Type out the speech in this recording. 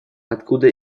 откуда